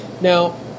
Now